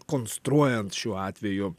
konstruojant šiuo atveju a